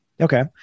Okay